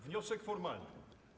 Wniosek formalny.